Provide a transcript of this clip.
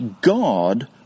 God